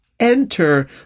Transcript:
enter